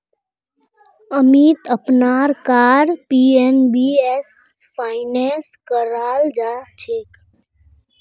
अमीत अपनार car PNB स finance करालछेक